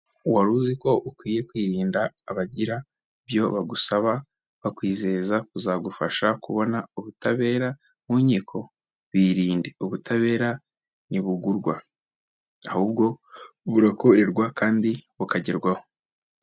Wari uzi ko ukwiye kwirinda abagira ibyo bagusaba bakwizeza kuzagufasha kubona ubutabera mu nkiko, birinde ubutabera ntibugurwa ahubwo burakorerwa kandi bukagerwaho.